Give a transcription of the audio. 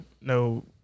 no